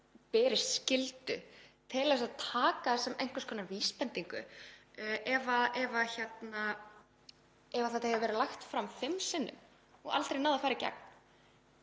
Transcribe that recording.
beri skylda til að taka því sem einhvers konar vísbendingu ef þetta hefur verið lagt fram fimm sinnum og aldrei náð að fara í gegn.